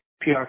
PR